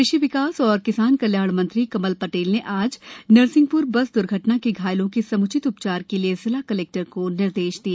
कृषि विकास एवं किसान कल्याण मंत्री कमल पटेल ने आज नरसिंहपुर बस दुर्घटना के घायलों के सम्चित उपचार के लिए जिला कलेक्टर को निर्देश दिए